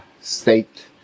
state